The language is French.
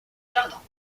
jardins